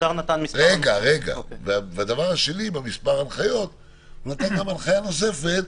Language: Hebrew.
הדבר השני, נתן גם הנחיה נוספת,